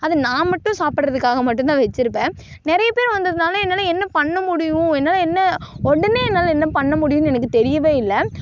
அது நான் மட்டும் சாப்பிட்றதுக்காக மட்டுந்தான் வச்சிருப்பேன் நிறைய பேர் வந்ததனால என்னால் என்ன பண்ணமுடியும் என்னால் என்ன உடனே என்னால் என்ன பண்ணமுடியும்னு எனக்கு தெரியவே இல்லை